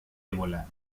ébola